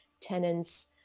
tenants